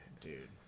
dude